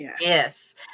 Yes